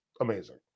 amazing